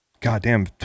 goddamn